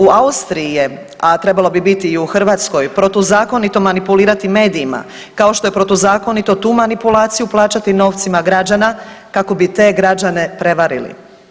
U Austriji je, a trebalo bi biti i u Hrvatskoj protuzakonito manipulirati medijima kao što je protuzakonito tu manipulaciju plaćati novcima građana kako bi te građane prevalili.